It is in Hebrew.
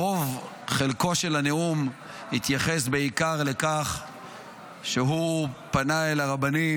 ברוב חלקו של הנאום התייחס בעיקר לכך שהוא פנה אל הרבנים.